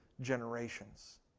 generations